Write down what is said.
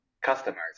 customers